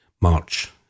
March